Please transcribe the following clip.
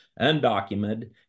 undocumented